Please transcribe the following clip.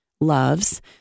loves